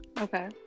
okay